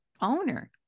owner